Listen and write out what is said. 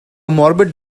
morbid